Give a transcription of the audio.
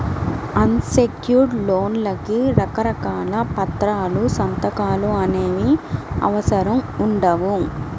అన్ secured లోన్లకి రకరకాల పత్రాలు, సంతకాలు అనేవి అవసరం ఉండవు